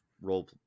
role